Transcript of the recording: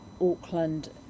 Auckland